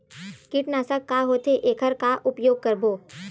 कीटनाशक का होथे एखर का उपयोग करबो?